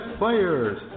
players